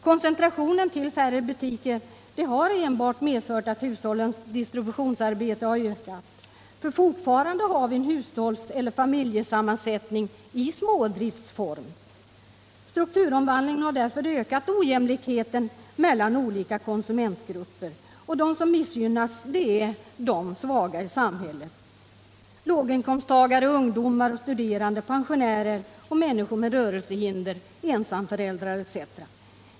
Koncentrationen till färre butiker har medfört att hushållens distributionsarbete har ökat. Fortfarande har vi nämligen en familjesammansättning i smådriftsform. Strukturomvandlingen har därför ökat ojämlikheten mellan olika konsumentgrupper, och de som missgynnas är de svaga i samhället — låginkomsttagare, ungdomar, studerande, pensionärer, människor med rörelsehinder, ensamföräldrar etc.